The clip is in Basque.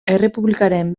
errepublikaren